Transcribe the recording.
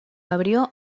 abrió